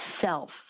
self